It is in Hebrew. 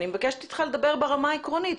אני מבקשת ממך לדבר ברמה העקרונית.